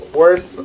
worth